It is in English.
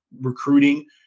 recruiting